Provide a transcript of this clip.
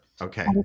Okay